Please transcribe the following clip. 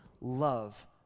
Love